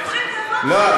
לא.